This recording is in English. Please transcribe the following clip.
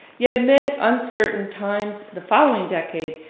yet amid uncertain times the following decade,